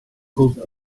called